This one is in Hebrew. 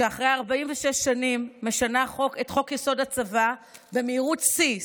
שאחרי 46 שנים משנה את חוק-יסוד: הצבא במהירות שיא,